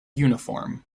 uniform